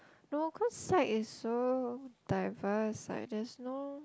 no cause like is so diverse like there's no